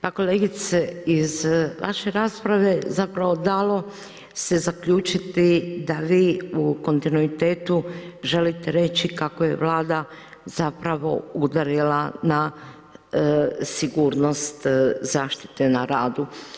Pa kolegice iz vaše rasprave zapravo dalo se zaključiti da vi u kontinuitetu želite reći kako je Vlada zapravo udarila na sigurnost zaštite na radu.